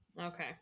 Okay